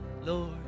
Lord